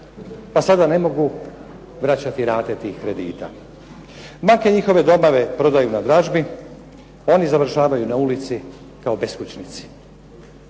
pa sada ne mogu vraćati rate tih kredita. Banke njihove domove prodaju na dražbi, oni završavaju na ulici kao beskućnici.